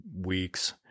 weeks